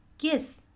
yes